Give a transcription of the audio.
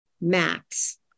Max